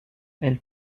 elle